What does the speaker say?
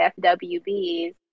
fwbs